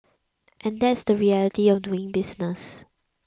and that's the reality of doing business